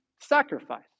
sacrifice